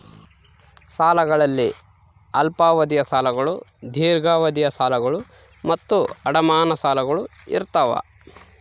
ಸಾಲಗಳಲ್ಲಿ ಅಲ್ಪಾವಧಿಯ ಸಾಲಗಳು ದೀರ್ಘಾವಧಿಯ ಸಾಲಗಳು ಮತ್ತು ಅಡಮಾನ ಸಾಲಗಳು ಇರ್ತಾವ